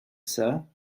sir